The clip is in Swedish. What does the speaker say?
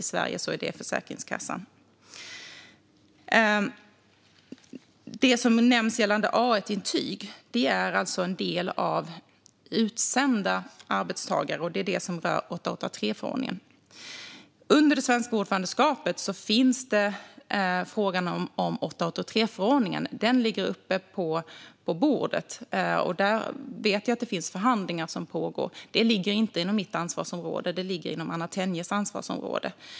I Sverige är det Försäkringskassan. Det som nämns gällande A1-intyg är alltså en del som gäller utsända arbetstagare, och det är det som rör 883förordningen. Under det svenska ordförandeskapet ligger frågan om 883-förordningen på bordet, och jag vet att förhandlingar pågår. Den ligger inte inom mitt ansvarsområde utan inom Anna Tenjes ansvarsområde.